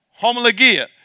homologia